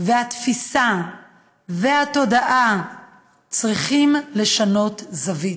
התפיסה והתודעה צריכים לשנות זווית,